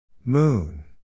Moon